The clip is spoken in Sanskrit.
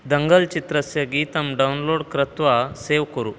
दङ्गल् चित्रस्य गीतं डौन्लोड् कृत्वा सेव् कुरु